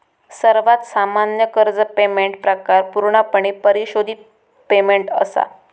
सर्वात सामान्य कर्ज पेमेंट प्रकार पूर्णपणे परिशोधित पेमेंट असा